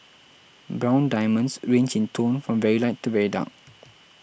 brown diamonds range in tone from very light to very dark